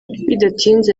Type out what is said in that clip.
bidatinze